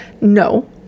No